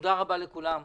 תודה רבה לכולם.